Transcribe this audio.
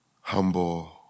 humble